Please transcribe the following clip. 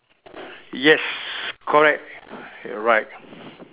yes correct you're right